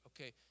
okay